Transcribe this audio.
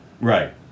Right